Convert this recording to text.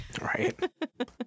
Right